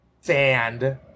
sand